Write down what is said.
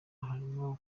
harimo